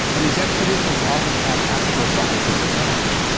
and these expeditions often had actual scientists attached,